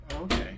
okay